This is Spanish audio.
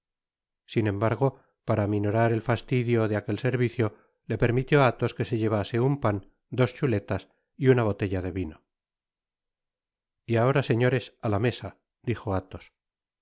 sin embargo para minorar el fastidio de aquel servicio le permitió athos que se llavase un pan dos chuletas y una botella de vino y ahora señores á la mesa dijo athos los